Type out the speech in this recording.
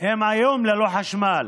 הם היום ללא חשמל?